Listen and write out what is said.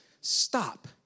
stop